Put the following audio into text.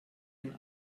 den